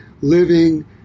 living